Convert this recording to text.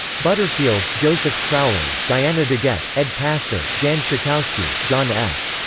butterfield, joseph crowley, diana degette, ed pastor, jan schakowsky, john s.